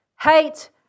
hate